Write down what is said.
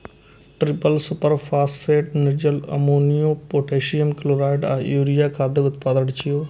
triple superphosphate, निर्जल अमोनियो, potassium chloride आ यूरिया खादक उदाहरण छियै